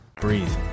breathe